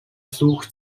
fluch